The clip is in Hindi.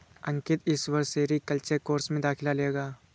अंकित इस वर्ष सेरीकल्चर कोर्स में दाखिला लेगा